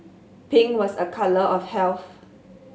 pink was a colour of health